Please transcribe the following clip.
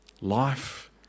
Life